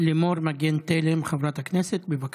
חברת הכנסת לימור מגן תלם, בבקשה.